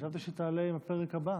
חשבתי שתעלה עם הפרק הבא.